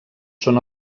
són